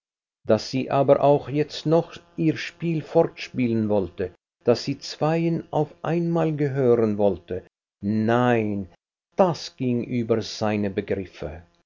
daß sie aber auch jetzt noch ihr spiel fortspielen wollte daß sie zweien auf einmal gehören wollte nein das ging über seine begriffe